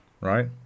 Right